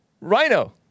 Rhino